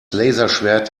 laserschwert